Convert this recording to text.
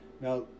Now